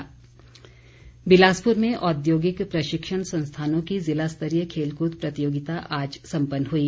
खेल बिलासपुर में औद्योगिक प्रशिक्षण संस्थानों की ज़िलास्तरीय खेलकूद प्रतियोगिता आज सम्पन्न हुई